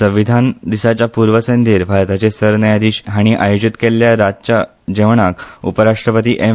संविधान दिसाच्या पूर्व संधेर भारताचे सर न्यायाधिश हाणी आयोजित केल्ल्या रातच्या जेवणाक उप राष्ट्रपती एम